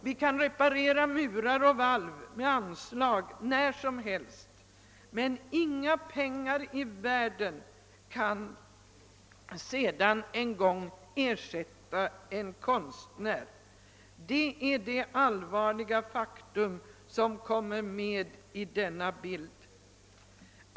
Vi kan reparera murar och valv med anslag när som helst, men inga pengar i världen kan sedan en gång ersätta en konstnär. Det är det allvarliga faktum som kommer med i bilden här.